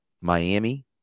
Miami